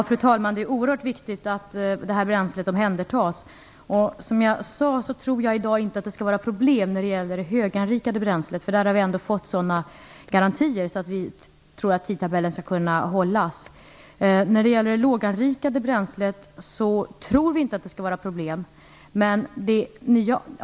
Fru talman! Det är oerhört viktigt att detta bränsle omhändertas. Som jag sade tror jag inte att det i dag blir några problem när det gäller det höganrikade bränslet, för där har vi ändå fått sådana garantier att vi tror att tidtabellen skall kunna hållas. När det gäller det låganrikade bränslet tror vi inte heller att det blir problem.